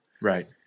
Right